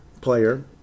player